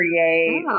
Create